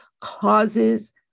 causes